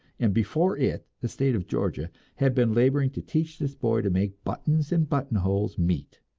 and before it the state of georgia, had been laboring to teach this boy to make buttons and buttonholes meet